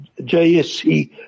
JSC